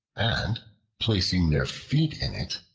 and placing their feet in it,